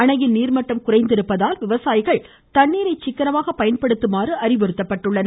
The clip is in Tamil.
அணையின் நீர்மட்டம் குறைந்துள்ளதால் விவசாயிகள் தண்ணீரை சிக்கனமாக பயன்படுத்துமாறு அறிவுறுத்தப்பட்டுள்ளனர்